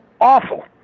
awful